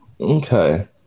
Okay